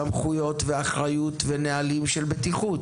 סמכויות, אחריות ונהלים של בטיחות.